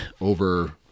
over